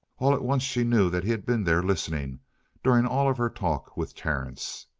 all at once she knew that he had been there listening during all of her talk with terence.